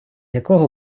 якого